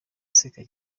aseka